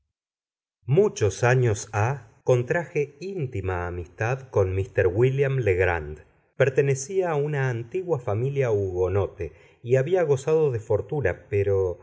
muchos años ha contraje íntima amistad con mr wílliam legrand pertenecía a una antigua familia hugonote y había gozado de fortuna pero